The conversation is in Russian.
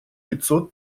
пятьсот